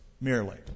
merely